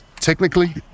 technically